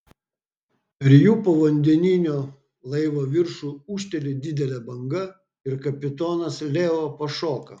per jų povandeninio laivo viršų ūžteli didelė banga ir kapitonas leo pašoka